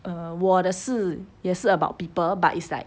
um 我的是也是 about people but it's like